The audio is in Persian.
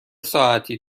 ساعتی